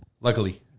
luckily